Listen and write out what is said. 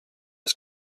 das